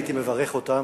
הייתי מברך אותם,